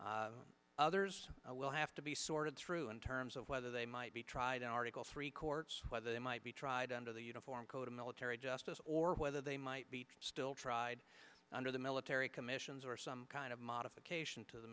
process others will have to be sorted through in terms of whether they might be tried in article three courts whether they might be tried under the uniform code of military justice or whether they might be still tried under the military commissions or some kind of modification to the